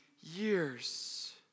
years